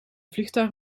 vliegtuig